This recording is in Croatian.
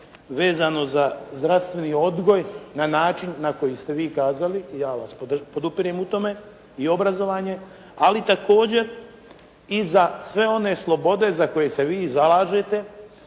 vezano za zdravstveni odgoj na način na koji ste vi kazali i ja vas podupirem u tome i obrazovanje, ali također i za sve one slobode za koje se vi zalažete